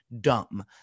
dumb